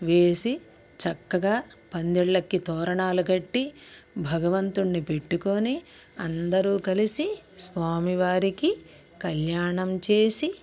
వేసి చక్కగా పందిళ్ళకి తోరణాలు కట్టి భగవంతున్ని పెట్టుకోని అందరూ కలిసి స్వామివారికి కళ్యాణం చేసి